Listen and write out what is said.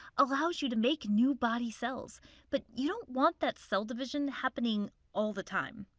allows you to make new body cells but you don't want that cell division happening all the time.